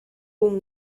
room